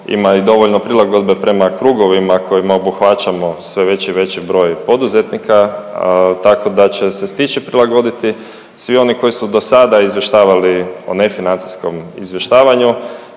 ima i dovoljno prilagodbe prema krugovima kojima obuhvaćamo sve veći i veći broj poduzetnika tako da će se stići prilagoditi. Svi oni koji su do sada izvještavali o nefinancijskom izvještavanju